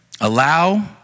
Allow